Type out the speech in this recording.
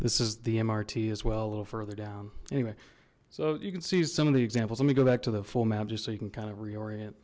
this is the mrt as well a little further down anyway so you can see some of the examples let me go back to the full map just so you can kind of reorient